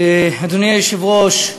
אדוני היושב-ראש,